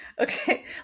Okay